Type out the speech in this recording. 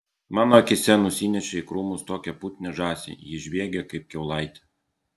mano akyse nusinešė į krūmus tokią putnią žąsį ji žviegė kaip kiaulaitė